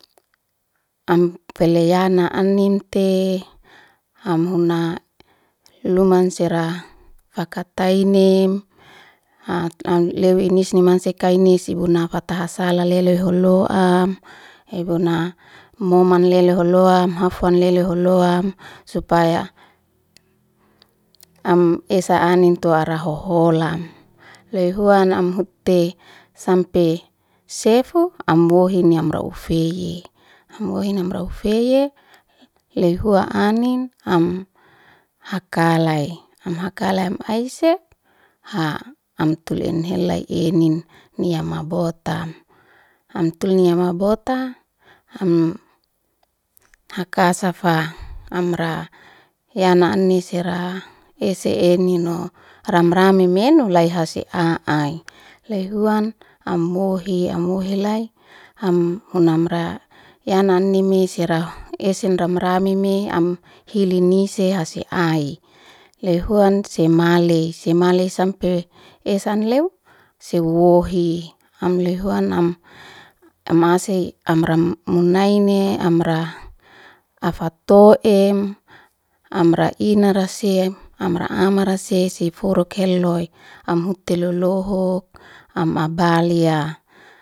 Am feley yana animte am huna luman sera hakatainim a- amleu inis mansia kaini si buna fata waha sala lelu holo'am ibuna moman lelo holoam hafwan lelo holo ham supaya ama esa anin tu ara hoholan, loy huan am hute sampe sefu am wohini amra ufaye, am wohi amra ufeye loy hua anin am hakalay, am hakalay am aisef am tul en helay enin ni ama botam. Am tul ni ama bota, am haka safa amra yana ani sera ese enino ram- rame menu lai'ha sia a'ai, loy huan am muhi am muhi ale am huna amra yana anime sira esen ram- rameme am hil nise hasin ai, leu huan si male, si male sampe esan leu si wohi, am leu huan am am hasi amra munaini amra afato'im, amra ianara si amra amara si, si foruk, heloy am hute lolohuk am abalya.